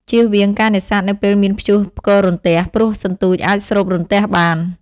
ជៀសវាង ការនេសាទនៅពេលមានព្យុះផ្គររន្ទះ ព្រោះសន្ទូចអាចស្រូបរន្ទះបាន។